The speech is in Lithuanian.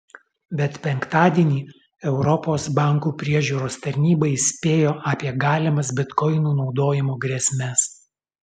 bet penktadienį europos bankų priežiūros tarnyba įspėjo apie galimas bitkoinų naudojimo grėsmes